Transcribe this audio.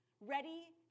ready